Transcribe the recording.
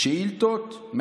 שאילתות,